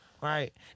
right